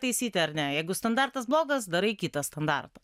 taisyti ar ne jeigu standartas blogas darai kitą standartą